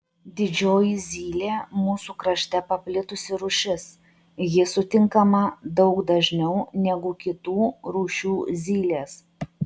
didžioji zylė mūsų krašte paplitusi rūšis ji sutinkama daug dažniau negu kitų rūšių zylės